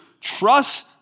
trust